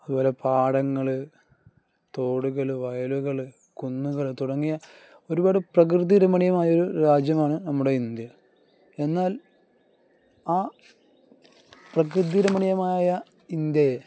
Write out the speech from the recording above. അതുപോലെ പാടങ്ങള് തോടുകള് വയലുകള് കുന്നുകള് തുടങ്ങിയ ഒരുപാട് പ്രകൃതിരമണീമായൊരു രാജ്യമാണ് നമ്മുടെ ഇന്ത്യ എന്നാൽ ആ പ്രകൃതി രമണീമായ ഇന്ത്യയെ